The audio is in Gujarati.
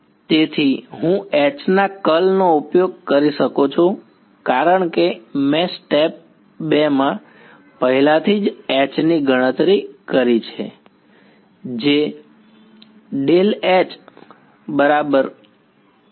તેથી હું H ના કર્લ નો ઉપયોગ કરી શકું છું કારણ કે મેં સ્ટેપ 2 માં પહેલાથી જ H ની ગણતરી કરી છે જે